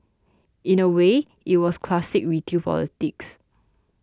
in a way it was classic retail politics